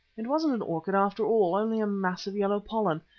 it wasn't an orchid after all, only a mass of yellow pollen.